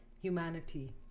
humanity